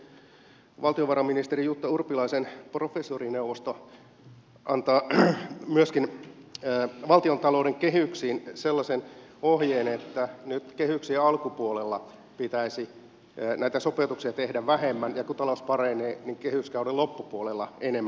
tämä entisen valtiovarainministerin jutta urpilaisen professorineuvosto antaa myöskin valtiontalouden kehyksiin sellaisen ohjeen että nyt kehyksien alkupuolella pitäisi näitä sopeutuksia tehdä vähemmän ja kun talous paranee niin kehyskauden loppupuolella enemmän